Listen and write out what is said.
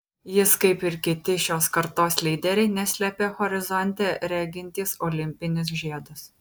jis kaip ir kiti šios kartos lyderiai neslepia horizonte regintys olimpinius žiedus